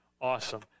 awesome